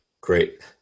Great